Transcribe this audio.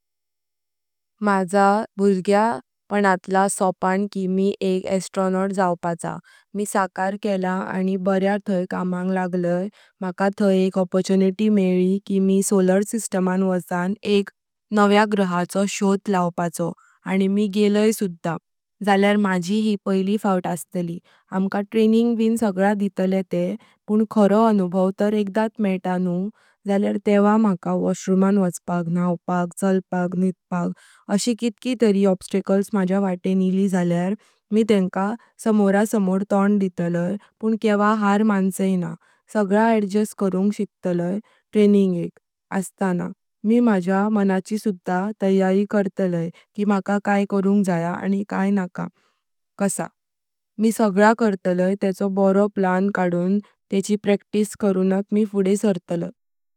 माजे भुर्ग्या पांतळा सोपन कि मी एक अॅस्ट्रोनॉट जाउपाचो मी साकर केला आणि बार्या ठाई कामाग लागलांय माका ठाई एक अपॉर्च्युनिटी मेळी कि मी सोलेर सिस्टीमन वचांन एक नव्या ग्रहाचो शोध लाउपाचो आणि मी गेल्ळाय सुधार जल्यार माजी यी पैली फौत असतली आमका ट्रेनिंग ब सगळा दीताले ते पण खरो अनुभव तार एकदात मेइतां न्हू जल्यार तेव्हा माका वॉशरूमन वचापच, न्हाउपाक, चलपाक, निदपाक अशी कितकी तारी ऑब्स्टाकल्स मज्या वाटेण आयलें जल्यार मी तेंका समोरा समोर तोंड दीतलांय पण केवा हार मानचैनां। सगळा अड्जस्ट करून शिकताली ट्रेनिंगेक अस्ताना मी मज्या मनाची सुषा तयारी करताली कि माका काय करून जाया आणि काय नका कसा मी सगळा करताली तेचो बारो प्लान कडूंत तेचिय प्रॅक्टिस करूनात मी फुडें सर्तलांय।